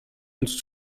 uns